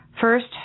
First